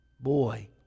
Boy